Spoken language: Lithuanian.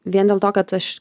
vien dėl to kad aš